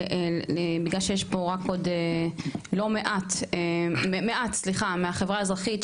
בגלל שיש פה רק עוד מעט מהחברה האזרחית,